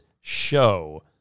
show